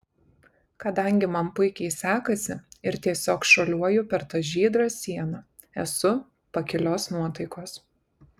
kadangi man puikiai sekasi ir tiesiog šuoliuoju per tą žydrą sieną esu pakilios nuotaikos